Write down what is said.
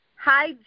Hi